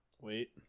Wait